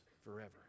forever